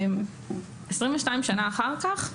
21 שנים אחר כך,